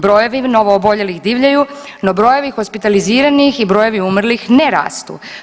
Brojevi novooboljelih divljaju, no brojevi hospitaliziranih i brojevi umrlih ne rastu.